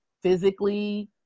physically